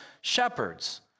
shepherds